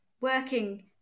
working